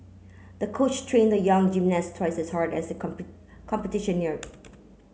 the coach trained the young gymnast twice as hard as the competition neared